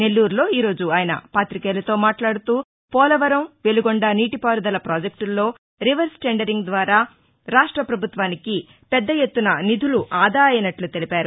నెల్యూరులో ఈ రోజు ఆయన పాతికేయులతో మాట్లాడుతూ పోలవరం వెలుగొండ నీటిపారుదల ప్రాజెక్టుల్లో రివర్స్ టెండరింగ్ ద్వారా రాష్ట ప్రభుత్వానికి పెద్ద ఎత్తున నిధులు ఆదా అయినట్ల తెలిపారు